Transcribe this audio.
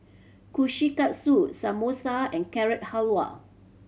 Kushikatsu Samosa and Carrot Halwa